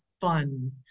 fun